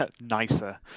nicer